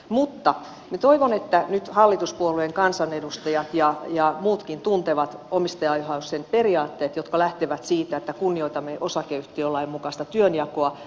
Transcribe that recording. mutta toivon että nyt hallituspuolueen kansanedustajat ja muutkin tuntevat omistajaohjauksen periaatteet jotka lähtevät siitä että kunnioitamme osakeyhtiölain mukaista työnjakoa